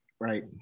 Right